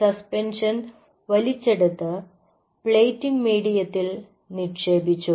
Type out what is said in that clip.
suspension വലിച്ചെടുത്ത് plating മീഡിയത്തിൽ നിക്ഷേപിച്ചു